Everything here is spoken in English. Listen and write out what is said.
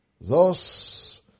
Thus